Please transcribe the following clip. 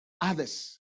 Others